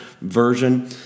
version